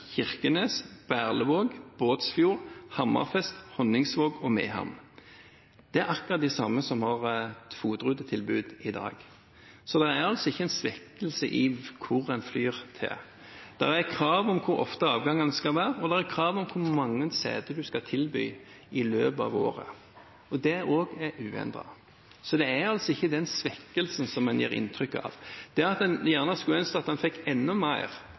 Kirkenes, Berlevåg, Båtsfjord, Hammerfest, Honningsvåg og Mehamn. Det er akkurat de samme som har FOT-rutetilbud i dag. Det er altså ikke en svekkelse med hensyn til hvor en flyr. Det er krav om hvor ofte avgangene skal være, og det er krav om hvor mange seter en skal tilby i løpet av året. Det er også uendret, så det er ikke den svekkelsen som en gir inntrykk av. Det at en gjerne skulle ønsket at en fikk enda mer,